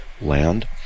land